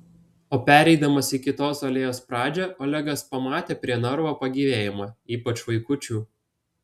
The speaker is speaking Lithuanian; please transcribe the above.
o pereidamas į kitos alėjos pradžią olegas pamatė prie narvo pagyvėjimą ypač vaikučių